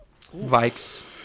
Vikes